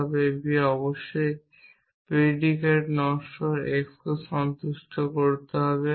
তবে এটি অবশ্যই predicate নশ্বর xকে সন্তুষ্ট করতে হবে